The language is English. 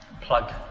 plug